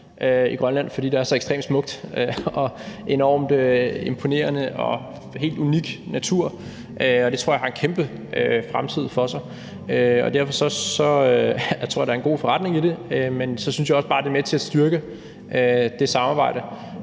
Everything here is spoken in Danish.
i Grønland, fordi der er så ekstremt smukt og enormt imponerende og en helt unik natur, og det tror jeg har en kæmpe fremtid for sig. Derfor tror jeg, at der er en god forretning i det, men jeg synes så også bare, det er med til at styrke det samarbejde,